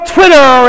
Twitter